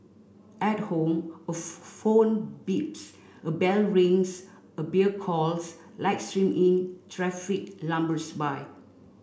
at home a phone beeps a bell rings a beer calls light stream in traffic lumbers by